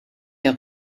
der